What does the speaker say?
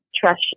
trash